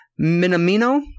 Minamino